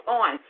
on